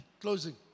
closing